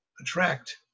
attract